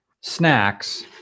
snacks